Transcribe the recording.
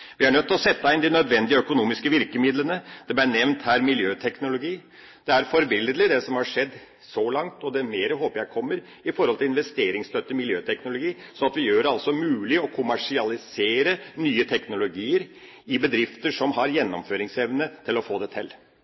Vi er nødt til å sette inn de økonomiske virkemidlene. Det ble her nevnt miljøteknologi. Det er forbilledlig det som har skjedd så langt, og det er mer som kommer – håper jeg – når det gjelder investeringsstøtte til miljøteknologi, slik at vi gjør det mulig å kommersialisere nye teknologier i bedrifter som har gjennomføringsevne til det.